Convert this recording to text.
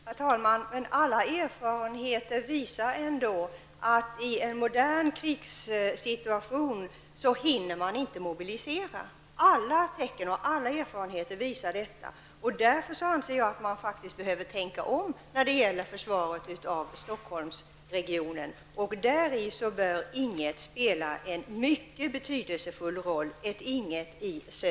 Herr talman! Men alla erfarenheter visar ändå att man i en modern krigssituation inte hinner mobilisera. Därför anser jag att man faktiskt behöver tänka om när det gäller försvaret av Stockholmsregionen. Därvid bör Ing 1 i Södertälje spela en mycket betydelsefull roll.